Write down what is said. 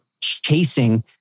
chasing